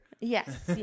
Yes